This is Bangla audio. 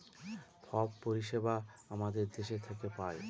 সব পরিষেবা আমাদের দেশ থেকে পায়